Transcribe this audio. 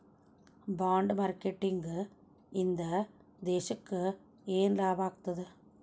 Bond marketing ಇಂದಾ ದೇಶಕ್ಕ ಯೆನ್ ಲಾಭಾಗ್ತದ?